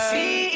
See